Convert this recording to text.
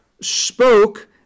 spoke